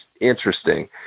interesting